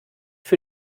für